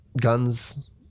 Guns